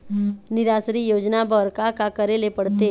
निराश्री योजना बर का का करे ले पड़ते?